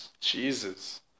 Jesus